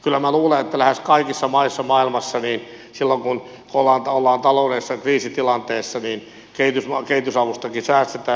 kyllä minä luulen että lähes kaikissa maissa maailmassa silloin kun ollaan taloudellisessa kriisitilanteessa kehitysavustakin säästetään